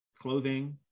clothing